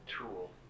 tool